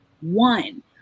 one